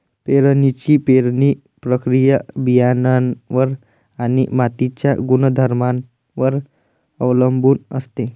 पेरणीची पेरणी प्रक्रिया बियाणांवर आणि मातीच्या गुणधर्मांवर अवलंबून असते